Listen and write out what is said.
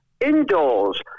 indoors